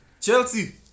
Chelsea